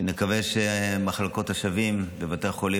ונקווה שמחלקות השבים בבתי החולים